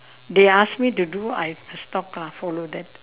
they ask me to do I just talk lah follow them